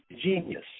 genius